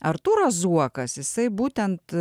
artūras zuokas jisai būtent